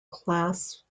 class